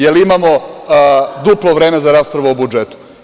Jel imamo duplo vreme za raspravu o budžetu?